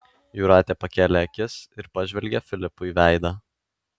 jūratė pakėlė akis ir pažvelgė filipui veidą